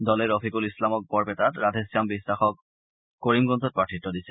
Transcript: দলে ৰফিকুল ইছলামক বৰপেটাত ৰাধেশ্যাম বিয়াসক কৰিমগঞ্জত প্ৰাৰ্থিত্ব দাছে